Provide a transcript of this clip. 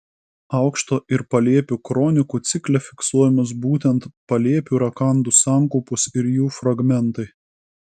aukšto ir palėpių kronikų cikle fiksuojamos būtent palėpių rakandų sankaupos ir jų fragmentai